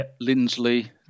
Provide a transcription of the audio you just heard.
Lindsley